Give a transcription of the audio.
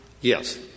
Yes